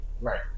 Right